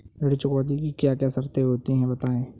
ऋण चुकौती की क्या क्या शर्तें होती हैं बताएँ?